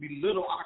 belittle